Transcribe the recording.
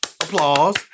applause